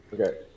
okay